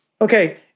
Okay